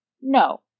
No